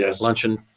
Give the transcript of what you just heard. luncheon